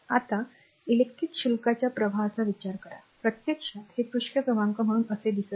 आता इलेक्ट्रिक शुल्काच्या प्रवाहाचा विचार करा प्रत्यक्षात हे पृष्ठ क्रमांक म्हणून असे दिसत नाही